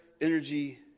energy